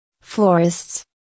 florists